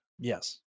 Yes